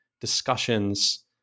discussions